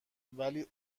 ولی